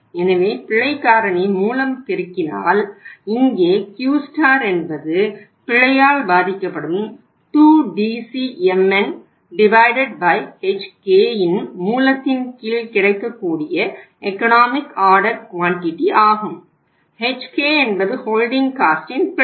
எனவே பிழை காரணி மூலம் பெருக்கினால் இங்கே Q என்பது பிழையால் பாதிக்கப்படும் 2DCmn Hk இன் மூலத்தின் கீழ் கிடைக்கக்கூடிய எகனாமிக் ஆர்டர் குவான்டிட்டி பிழை